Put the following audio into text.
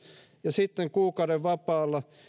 ja sitten kuukauden vapaalla